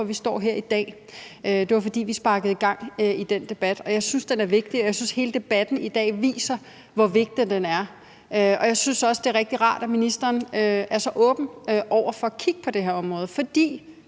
vi står her i dag; det er jo, fordi vi sparkede gang i den debat. Jeg synes, den er vigtig, og jeg synes, hele debatten i dag viser, hvor vigtig den er. Jeg synes også, det er rigtig rart, at ministeren er så åben over for at kigge på det her område, for